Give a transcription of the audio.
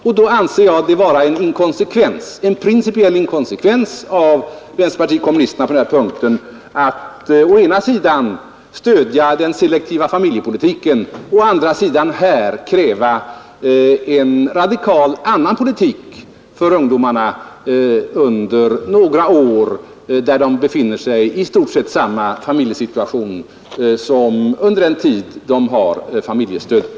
Jag anser det vara en principiell inkonsekvens av vänsterpartiet kommunisterna att å ena sidan stödja den selektiva familjepolitiken, och å andra sidan här kräva en radikalt annan politik gentemot ungdomarna under några år, då de ändå i stort sett befinner sig i samma familjesituation som under den tid de har familjestödet.